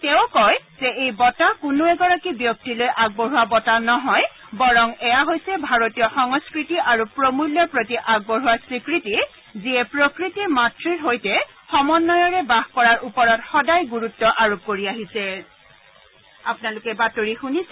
তেওঁ কয় যে এই বঁটা কোনো এগৰাকী ব্যক্তিলৈ আগবঢ়োৱা বঁটা নহয় বৰং এয়া হৈছে ভাৰতীয় সংস্কৃতি আৰু প্ৰমূল্যৰ প্ৰতি আগবঢ়োৱা স্বীকৃতি যিয়ে প্ৰকৃতি মাতৃৰ সৈতে সমন্নয়ৰে বাস কৰাৰ ওপৰত সদায় গুৰুত্ব আৰোপ কৰি আহিছে